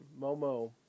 Momo